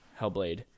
Hellblade